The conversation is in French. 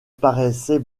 paraissait